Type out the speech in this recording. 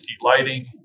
lighting